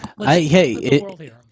Hey